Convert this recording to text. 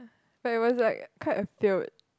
but it was like quite a tilt